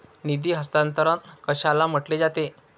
निधी हस्तांतरण कशाला म्हटले जाते?